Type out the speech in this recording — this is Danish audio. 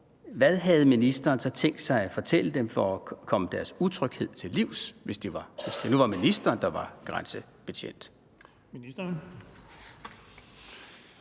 hvad havde ministeren så tænkt sig at fortælle dem for at komme deres utryghed til livs? Kl. 16:15 Den fg. formand (Erling Bonnesen):